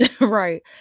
right